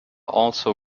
also